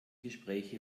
gespräche